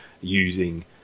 using